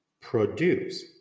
produce